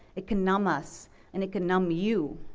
it can numb us and it can numb you.